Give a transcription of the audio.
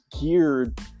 geared